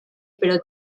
pero